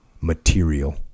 Material